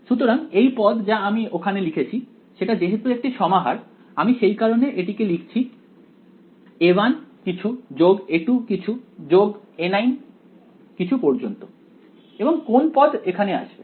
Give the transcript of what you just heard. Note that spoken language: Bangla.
সুতরাং এই পদ যা আমি ওখানে লিখেছি সেটা যেহেতু একটি সমাহার আমি সেই কারণে এটিকে লিখছি a1 কিছু যোগ a2 কিছু যোগ a9 কিছু পর্যন্ত এবং কোন পদ এখানে আসবে